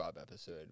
episode